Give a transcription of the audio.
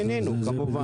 בעינינו כמובן.